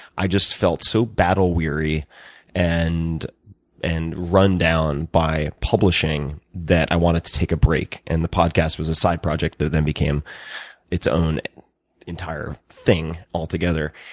i just felt so battle weary and and run down by publishing that i wanted to take a break. and the podcast was a side project that then became its own entire thing altogether.